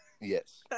Yes